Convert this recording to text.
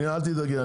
אל תדאגי,